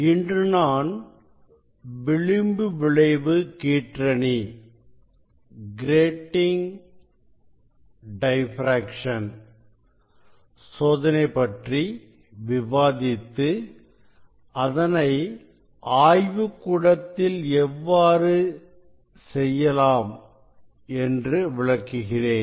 இன்று நான் விளிம்பு விளைவு கீற்றணி சோதனை பற்றி விவாதித்து அதனை ஆய்வுக்கூடத்தில் எவ்வாறு செய்வது என்று விளக்குகிறேன்